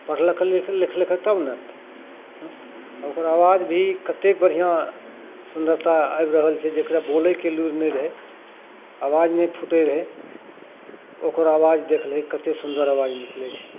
पढ़लकै लिखलकै तब ने ओ ओकर आवाज भी कतेक बढ़िआँ सुन्दरता आबि रहल छै जकरा बोलैके लुरि नहि रहै आवाज नहि फुटै रहै ओकर आवाज देखबही कतेक सुन्दर आवाज निकलै छै